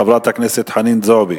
חברת הכנסת חנין זועבי.